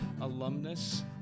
alumnus